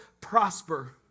prosper